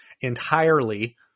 entirely